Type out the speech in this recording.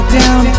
down